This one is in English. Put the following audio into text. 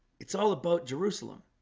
it's all about jerusalem